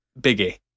Biggie